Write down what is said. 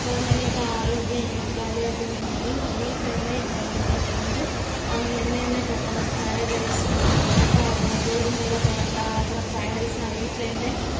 கொழந்தைங்களுக்கு ஆரோக்கியம் இருக்காது அப்படிங்கும் போது நான் வீட்லிருந்தே என் கொழந்தைங்களுக்கு வந்து அவங்க என்ன என்ன கேட்டாலும் ப்ரைட் ரைஸோ பொராட்டாவோ கோதுமையில் பொராட்டா அப்புறம் ப்ரைட் ரைஸ் நான் வீட்லிருந்தே